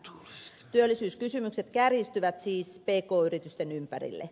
työllisyyskysymykset kärjistyvät siis pk yritysten ympärille